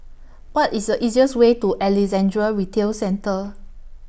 What IS The easiest Way to Alexandra Retail Centre